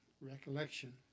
recollection